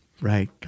Right